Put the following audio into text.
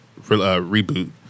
reboot